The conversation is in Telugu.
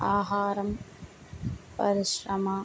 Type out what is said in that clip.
ఆహారం పరిశ్రమ